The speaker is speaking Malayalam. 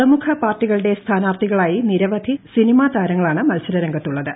പ്രമുഖ പാർട്ടികളുടെ സ്ഥാനാർത്ഥികളായി നിര്യ്ക്ക് സിനിമാ താരങ്ങളാണ് മത്സര രംഗത്തുള്ളത്